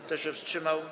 Kto się wstrzymał?